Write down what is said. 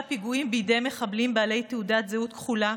פיגועים בידי מחבלים בעלי תעודת זהות כחולה